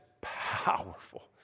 powerful